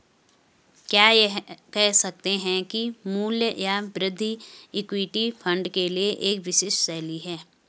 क्या यह कह सकते हैं कि मूल्य या वृद्धि इक्विटी फंड के लिए एक विशिष्ट शैली है?